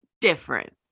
different